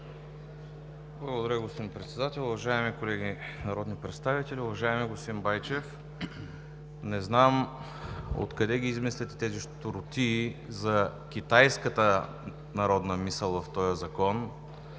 Благодаря, господин Председател. Уважаеми колеги народни представители, уважаеми господин Байчев! Не знам откъде ги измисляте тези щуротии за китайската народна мисъл в този закон,